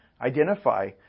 Identify